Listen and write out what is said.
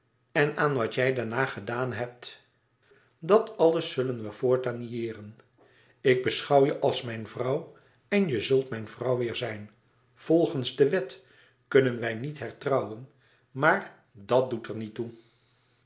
en aan wat jij daarna gedaan hebt dat alles zullen we voortaan niëeren ik beschouw je als mijn vrouw en je zult mijn vrouw weêr zijn volgens de wet kunnen wij niet hertrouwen maar dat doet er niet toe